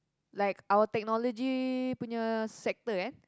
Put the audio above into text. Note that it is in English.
like our technology punya sector eh